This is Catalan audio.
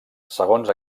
segons